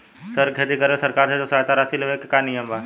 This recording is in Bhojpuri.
सर के खेती करेला सरकार से जो सहायता राशि लेवे के का नियम बा?